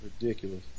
Ridiculous